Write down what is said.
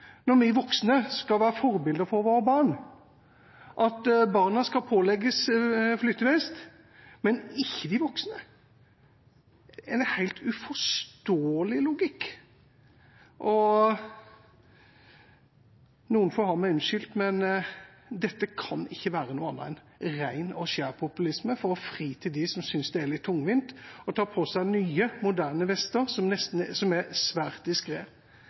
når vi voksne skal være forbilder for våre barn, at barna skal pålegges flytevest, men ikke de voksne – det er en helt uforståelig logikk. Noen får ha meg unnskyldt, men dette kan ikke være noe annet enn ren og skjær populisme for å fri til dem som synes det er litt tungvint å ta på seg nye, moderne vester som er svært